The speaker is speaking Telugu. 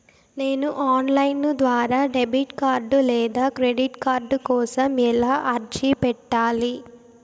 నేను ఆన్ లైను ద్వారా డెబిట్ కార్డు లేదా క్రెడిట్ కార్డు కోసం ఎలా అర్జీ పెట్టాలి?